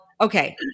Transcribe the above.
okay